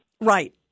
Right